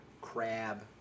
crab